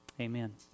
Amen